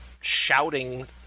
shouting